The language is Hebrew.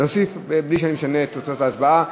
נוסיף בלי שאני משנה את תוצאות ההצבעה.